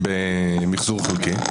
מה קורה במחזור חלקי?